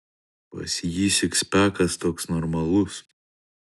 pas jį sikspekas toks normalus